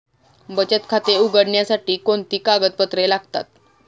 बचत खाते उघडण्यासाठी कोणती कागदपत्रे लागतात?